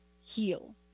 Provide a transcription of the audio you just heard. heal